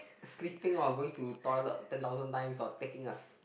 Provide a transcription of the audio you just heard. sleeping or going to toilet ten thousand times or taking a